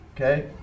Okay